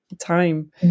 time